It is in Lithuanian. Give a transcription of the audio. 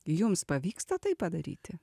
jums pavyksta tai padaryti